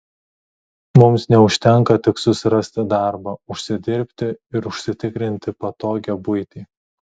mums neužtenka tik susirasti darbą užsidirbti ir užsitikrinti patogią buitį